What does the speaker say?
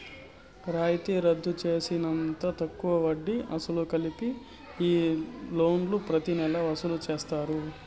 రాయితీ రద్దు తీసేసినంత తక్కువ వడ్డీ, అసలు కలిపి ఈ లోన్లు ప్రతి నెలా వసూలు చేస్తారు